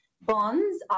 bonds